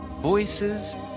voices